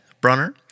Brunner